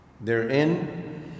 Therein